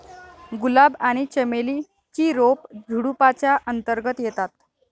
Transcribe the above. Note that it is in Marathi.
गुलाब आणि चमेली ची रोप झुडुपाच्या अंतर्गत येतात